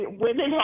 women